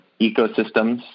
ecosystems